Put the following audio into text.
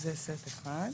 זה סט אחד.